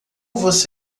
você